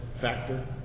factor